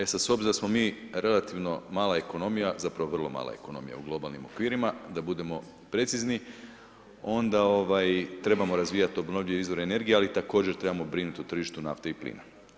E sada obzirom da smo mi relativno mala ekonomima, zapravo vrlo mala ekonomija u globalnim okvirima, da budemo precizni, onda trebamo razvijati obnovljive izvore energije, ali također trebamo brinuti o tržištu nafte i plina.